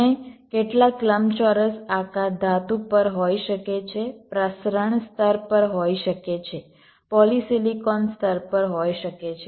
અને કેટલાક લંબચોરસ આકાર ધાતુ પર હોઈ શકે છે પ્રસરણ સ્તર પર હોઈ શકે છે પોલિસિલિકોન સ્તર પર હોઈ શકે છે